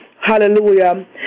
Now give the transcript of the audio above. Hallelujah